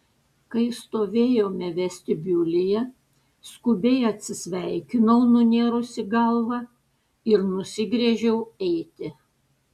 kai stovėjome vestibiulyje skubiai atsisveikinau nunėrusi galvą ir nusigręžiau eiti